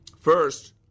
First